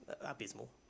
abysmal